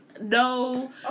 no